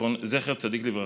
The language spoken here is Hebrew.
זכר צדיק לברכה.